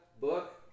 book